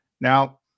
Now